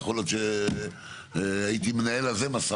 יכול להיות שהייתי מנהל על התקנות משא